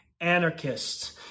Anarchists